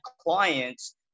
clients